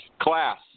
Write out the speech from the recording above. Class